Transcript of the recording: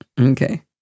Okay